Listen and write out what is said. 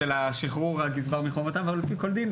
של שחרור הגזבר מחובותיו על פי כל דין,